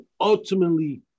ultimately